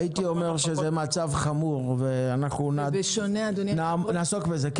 הייתי אומר שהמצב חמור ואנחנו נעסוק בזה.